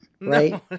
right